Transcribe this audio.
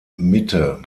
mitte